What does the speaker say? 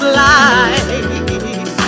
life